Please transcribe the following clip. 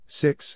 six